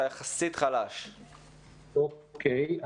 אוקיי.